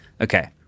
okay